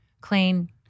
clean